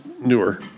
newer